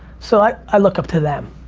so, i i look up to them.